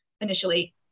initially